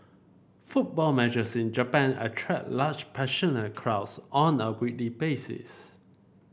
football matches in Japan attract large passionate crowds on a weekly basis